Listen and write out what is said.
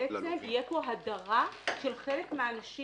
בעצם --- תהיה כאן הדרה של חלק מהאנשים